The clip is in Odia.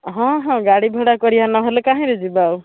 ହଁ ହଁ ଗାଡ଼ି ଭଡ଼ା କରିବା ନହେଲେ କାହିଁରେ ଯିବା ଆଉ